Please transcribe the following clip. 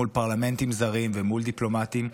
ומול פרלמנטים זרים ומול דיפלומטים,